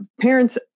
parents